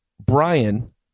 Brian